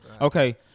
Okay